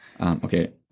Okay